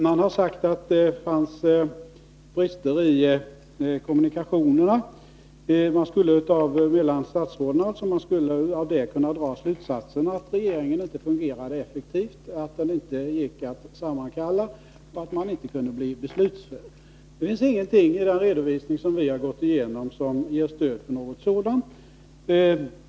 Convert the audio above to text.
Man har sagt att det fanns brister i kommunikationerna mellan statsråden. Av det skulle vi kunna dra slutsatsen att regeringen inte fungerade effektivt, att detinte gick att sammankalla den och att regeringen således inte kunde bli beslutsför. Det finns ingenting i redovisningen som ger stöd för den uppfattningen.